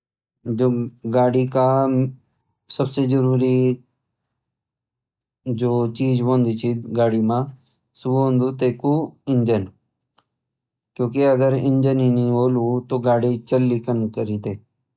जु गाडी का सबसे जरूरी चीज होंद छ गाडी म सु होंद तै कु इंजन। क्योंकि अगर इंजन ही न होल तो गाडी चलली कन करी तै।